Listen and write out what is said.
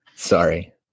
Sorry